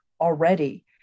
already